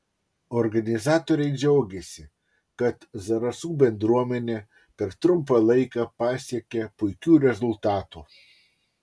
organizatoriai džiaugėsi kad zarasų bendruomenė per trumpą laiką pasiekė puikių rezultatų